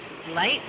light